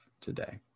today